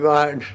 God